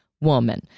woman